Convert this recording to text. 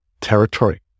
territory